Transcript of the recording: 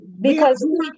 Because-